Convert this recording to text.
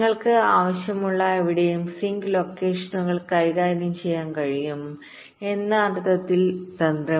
നിങ്ങൾക്ക് ആവശ്യമുള്ള എവിടെയും സിങ്ക് ലൊക്കേഷനുകൾ കൈകാര്യം ചെയ്യാൻ കഴിയും എന്ന അർത്ഥത്തിൽ തന്ത്രം